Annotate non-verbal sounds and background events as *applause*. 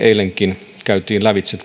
*unintelligible* eilenkin käytiin lävitse *unintelligible*